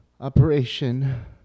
Operation